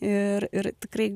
ir ir tikrai